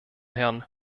herrn